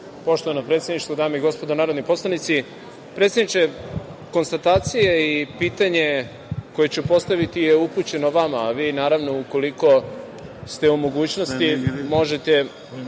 predsedništvo, dame i gospodo narodni poslanici, predsedniče, konstatacije i pitanje koje ću postaviti je upućeno vama, a vi, naravno, ukoliko ste u mogućnosti možete